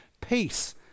peace